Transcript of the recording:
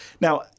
now